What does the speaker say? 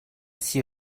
six